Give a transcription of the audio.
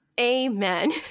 Amen